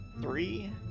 Three